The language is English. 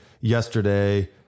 yesterday